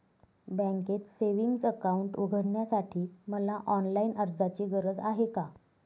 बँकेत savings account उघडण्यासाठी मला ऑनलाईन अर्जाची गरज आहे का?